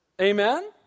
Amen